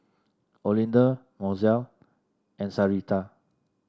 Olinda Mozelle and Sarita